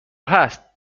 هست